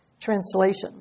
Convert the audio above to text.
Translation